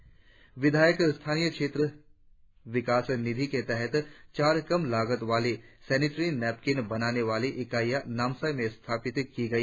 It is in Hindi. नामसाई विधायक स्थानीय क्षेत्र विकास निधि के तहत चार कम लागत वाली सैनिटरी नैपकिन बनाने वाली इकाइयाँ नामसाई में स्थापित की गई